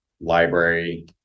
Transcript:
library